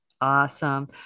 Awesome